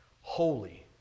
holy